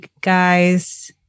guys